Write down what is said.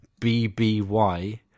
BBY